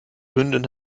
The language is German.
hündin